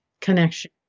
connection